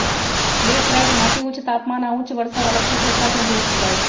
laterite माटि उच्च तापमान आऽ उच्च वर्षा वला क्षेत्र सभ में भेंट जाइ छै